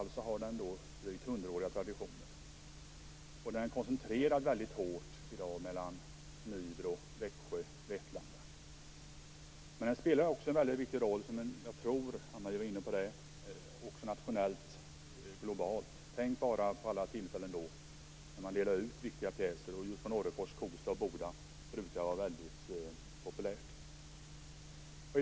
Glasindustrin har drygt hundraåriga traditioner och är i dag hårt koncentrerad till Nybro-Växjö Vetlanda-regionen. Glasindustrin spelar en väldigt viktig roll - jag tror att Ann-Marie Fagerström var inne på det - både nationellt och globalt. Tänk på alla tillfällen då viktiga pjäser delas ut! Pjäser från just Orrefors, Kosta och Boda brukar vara mycket populära.